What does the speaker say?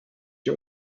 się